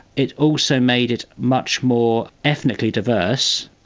it also made it much more ethnically diverse.